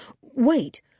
Wait